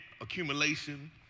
accumulation